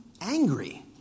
angry